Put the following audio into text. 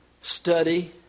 study